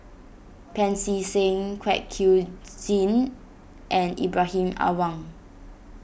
Pancy Seng Kwek Siew Jin and Ibrahim Awang